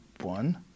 one